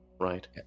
right